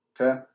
Okay